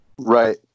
Right